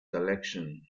collection